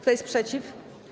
Kto jest przeciw?